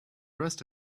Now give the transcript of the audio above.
rest